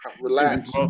Relax